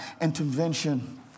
intervention